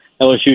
LSU